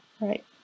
Right